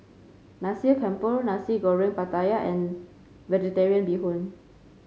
Nasi Campur Nasi Goreng Pattaya and vegetarian Bee Hoon